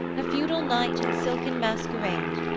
a feudal knight in silken masquerade,